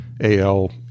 AL